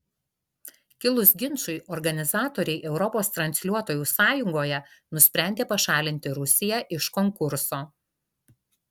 kilus ginčui organizatoriai europos transliuotojų sąjungoje nusprendė pašalinti rusiją iš konkurso